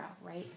right